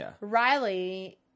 Riley